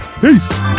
peace